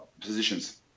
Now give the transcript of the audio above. positions